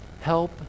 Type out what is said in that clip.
Help